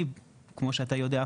כמו שאתה יודע,